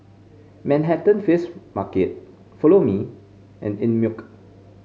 Manhattan Fish Market Follow Me and Einmilk